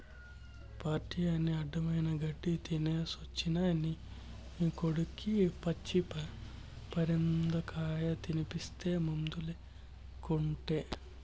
party అని అడ్డమైన గెడ్డీ తినేసొచ్చిన నీ కొడుక్కి పచ్చి పరిందకాయ తినిపిస్తీ మందులేకుటే